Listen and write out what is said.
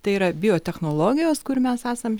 tai yra biotechnologijos kur mes esam